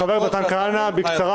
חבר הכנסת מתן כהנא, בקצרה.